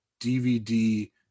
DVD